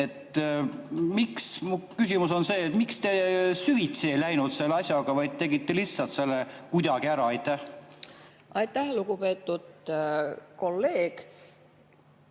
seal? Mu küsimus on see: miks te süvitsi ei läinud selle asjaga, vaid tegite lihtsalt selle kuidagi ära? Aitäh, lugupeetud kolleeg!